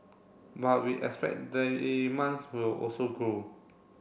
but we expect will also grow